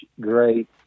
great